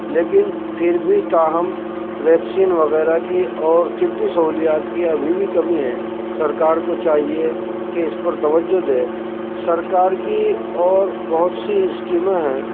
لیکن پھر بھی تاہم ویکسین وغیرہ کی اور طبی سہولیات کی ابھی بھی کمی ہے سرکار کو چاہیے کہ اس پر توجہ دے سرکار کی اور بہت سی اسکیمیں ہیں